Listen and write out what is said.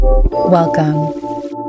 Welcome